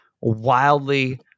wildly